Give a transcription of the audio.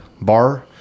bar